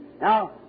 Now